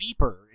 beeper